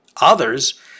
Others